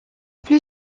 plus